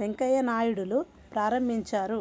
వెంకయ్య నాయుడులు ప్రారంభించారు